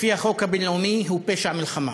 לפי החוק הבין-לאומי הוא פשע מלחמה.